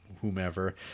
whomever